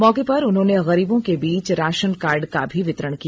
मौके पर उन्होंने गरीबों के बीच राशन कार्ड का भी वितरण किया